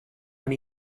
when